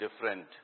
different